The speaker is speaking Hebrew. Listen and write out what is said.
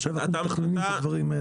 עכשיו אנחנו מתכננים את הדברים האלה.